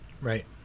Right